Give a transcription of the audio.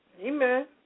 Amen